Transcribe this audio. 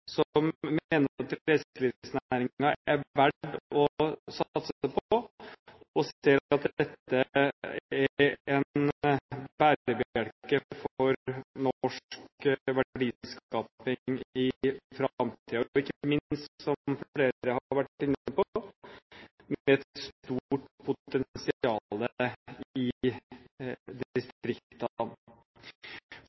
er verd å satse på, og ser at dette er en bærebjelke for norsk verdiskapning i framtiden – og ikke minst, som flere har vært inne på, med et stort potensial i distriktene. Forslagsstillerne trekker fram flere utfordringer bl.a. knyttet til samferdsel. Det